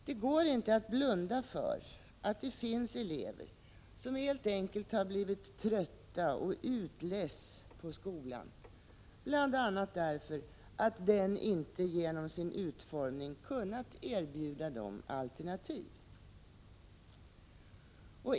Det går inte att blunda för att det finns elever som helt enkelt har blivit trötta och utledsna på skolan, bl.a. därför att den inte genom sin utformning kunnat erbjuda dem alternativ.